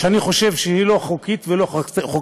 שאני חושב שהיא לא חוקית ולא חוקתית,